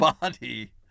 body